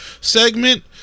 segment